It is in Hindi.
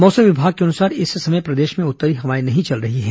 मौसम विभाग के अनुसार इस समय प्रदेश में उत्तरी हवाएं नहीं चल रही है